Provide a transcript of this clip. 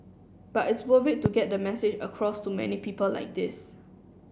but it's worth it to get the message across to many people like this